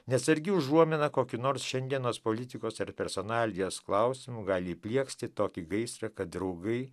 nesergi užuomina kokiai nors šiandienos politikos ar personalijos klausimu gali įplieksti tokį gaisrą kad draugai